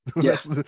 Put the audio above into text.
yes